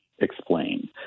Explain